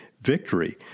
victory